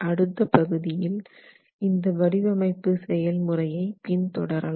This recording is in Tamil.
அடுத்து பகுதிகளில் இந்த வடிவமைப்பு செயல்முறையை பின் தொடரலாம்